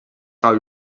are